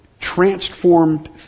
transformed